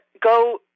go